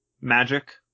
magic